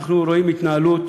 אנחנו רואים התנהלות